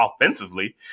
offensively